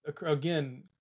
again